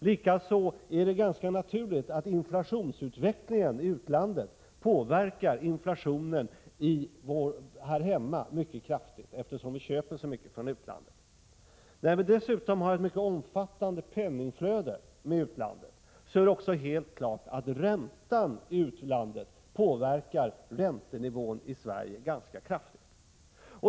Likaså är det ganska naturligt att inflationsutvecklingen i utlandet påverkar inflationen här hemma mycket kraftigt, eftersom vi köper så mycket från utlandet. När vi dessutom har ett mycket omfattande penningflöde till och från utlandet är det också helt klart att räntan i utlandet påverkar räntenivån i Sverige ganska mycket.